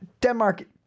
Denmark